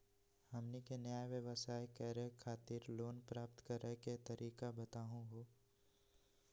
हमनी के नया व्यवसाय करै खातिर लोन प्राप्त करै के तरीका बताहु हो?